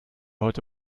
heute